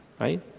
Right